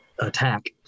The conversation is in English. attack